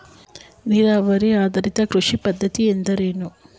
ನೀರಾವರಿ ಆಧಾರಿತ ಕೃಷಿ ಪದ್ಧತಿ ಎಂದರೇನು?